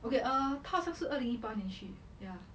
okay err 他是不是二零一八年去: ta shi bu shi er ling yi ba nian qu ya